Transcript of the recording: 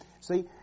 See